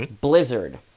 Blizzard